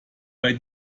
bei